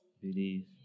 Believe